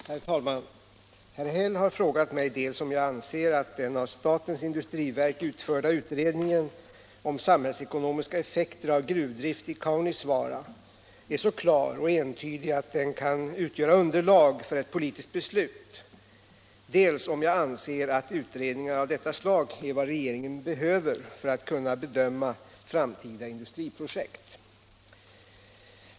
Herr talman! Herr Häll har frågat mig dels om jag anser att den av statens industriverk utförda utredningen om samhällsekonomiska effekter av gruvdrift i Kaunisvaara är så klar och entydig att den kan utgöra underlag för ett politiskt beslut, dels om jag anser att utredningar av detta slag är vad regeringen behöver för att kunna bedöma framtida industriprojekt.